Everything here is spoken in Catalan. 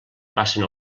passen